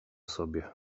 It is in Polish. sobie